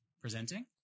presenting